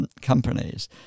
companies